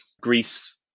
Greece-